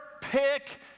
pick